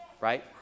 right